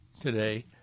today